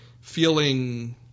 feeling